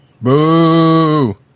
Boo